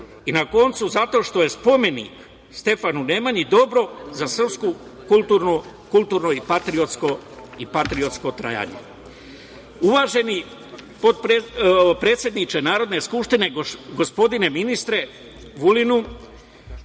i na koncu, zato što je spomenik Stefanu Nemanji dobro za srpsku kulturnu i patriotsko trajanje. Uvaženi predsedniče Narodne Skupštine, gospodine ministre Vulinu,